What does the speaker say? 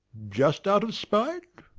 just out of spite?